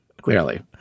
Clearly